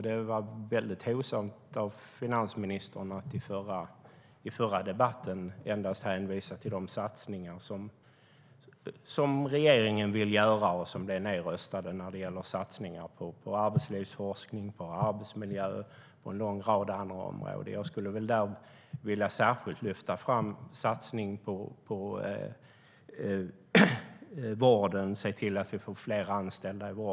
Det var hovsamt av finansministern att i förra debatten endast hänvisa till de satsningar som regeringen vill göra och som blev nedröstade. Det gäller satsningar på arbetslivsforskning, på arbetsmiljö och en lång rad andra områden. Jag skulle särskilt vilja lyfta fram en satsning på vården och att se till att vi får fler anställda där.